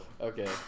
Okay